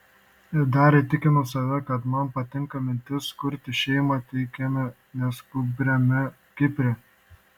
ir dar įtikinau save kad man patinka mintis kurti šeimą taikiame neskubriame kipre